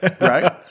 Right